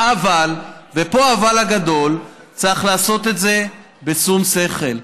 אבל, ופה האבל הגדול, צריך לעשות את זה בשום שכל.